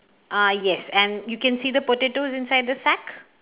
ah yes and you can see the potatoes inside the sack